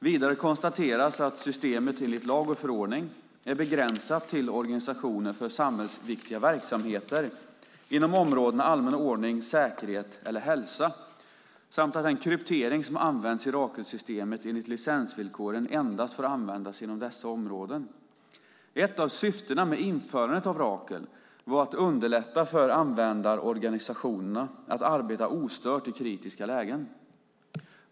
Vidare konstateras att systemet enligt lag och förordning är begränsat till organisationer för samhällsviktiga verksamheter inom områdena allmän ordning, säkerhet eller hälsa samt att den kryptering som används i Rakelsystemet enligt licensvillkoren endast får användas inom dessa områden. Ett av syftena med införandet av Rakel var att underlätta för användarorganisationerna att arbeta ostört i kritiska lägen.